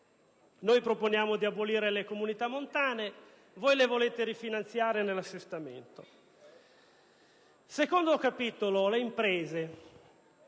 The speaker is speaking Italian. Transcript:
Noi proponiamo di abolire le comunità montane, mentre voi le volete rifinanziare nell'assestamento. Il secondo capitolo riguarda le imprese.